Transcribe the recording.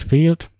Field